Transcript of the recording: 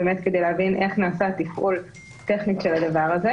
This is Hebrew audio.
כדי להבין איך נעשה התפעול הטכני של הדבר הזה,